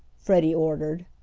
freddie ordered.